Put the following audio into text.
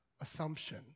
assumption